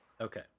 Okay